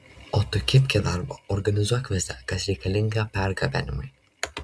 o tu kibk į darbą organizuok visa kas reikalinga pergabenimui